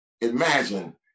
Imagine